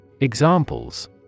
Examples